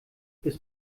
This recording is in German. bis